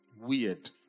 weird